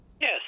Yes